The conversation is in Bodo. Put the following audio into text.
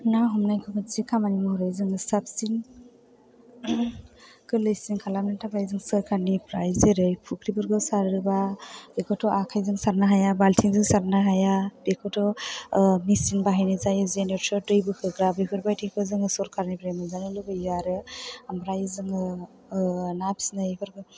ना हमनायखौ मोनसे खामानि माहरै जोङो साबसिन गोरलैसिन खालामनो थाखाय जों सोरकारनिफ्राय जेरै फुख्रिफोरखौ सारोबा बेखौथ' आखाइजों सारनो हाया बाल्थिंजों सारनो हाया बेखौथ' मेसिन बाहायनाय जायो जेनेरेट'र दै बोखोग्रा बेफोरबायदिखौ जोङो सरकारनिफ्राय मोनजानो लुबैयो आरो ओमफ्राय जोङो ना फिसिनायफोरखौ